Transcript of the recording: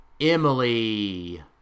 Emily